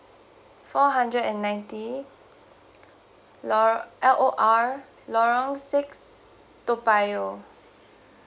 four hundred and ninety lo~ L O R lorong six toa payoh